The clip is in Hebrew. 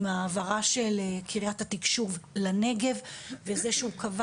עם העברה של קריית התקשוב לנגב וזה שהוא קבע